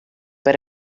per